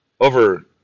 over